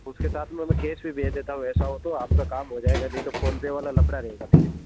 उसके साथ मैंने केस भी भेज देता हूँ ऐसा हो तो आपका काम हो जाएगा नहीं तो फ़ोन पे वाला लफड़ा रहेगा फ़िर